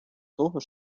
того